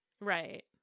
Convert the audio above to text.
Right